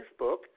Facebook